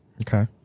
Okay